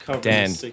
Dan